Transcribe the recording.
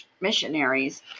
missionaries